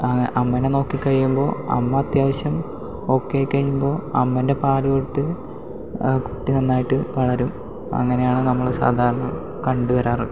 അമ്മേനെ നോക്കിക്കഴിയുമ്പോൾ അമ്മ അത്യാവശ്യം ഓക്കെ ആയിക്കഴിയുമ്പോൾ അമ്മേൻ്റെ പാലുകൊടുത്ത് കുട്ടി നന്നായിട്ട് വളരും അങ്ങനെയാണ് നമ്മള് സാധാരണ കണ്ടു വരാറ്